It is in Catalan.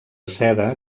seda